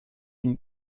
une